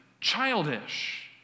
childish